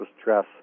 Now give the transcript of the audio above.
stress